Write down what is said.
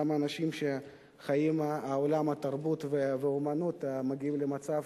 אותם אנשים שחיים את עולם התרבות והאמנות מגיעים למצב